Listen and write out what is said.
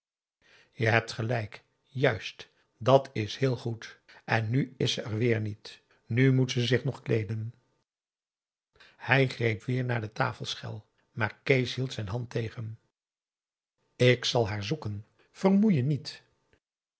je hebt gelijk juist dàt is heel goed en nu is ze er weer niet nu moet ze zich nog kleeden hij greep weer naar de tafelschel maar kees hield zijn hand tegen ik zal haar zoeken vermoei je niet